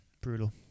Brutal